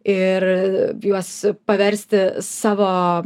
ir juos paversti savo